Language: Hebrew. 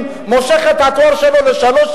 בנוסף,